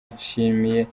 nshimiye